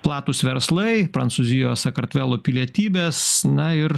platūs verslai prancūzijos sakartvelo pilietybės na ir